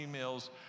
emails